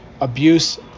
abuse